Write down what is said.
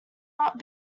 not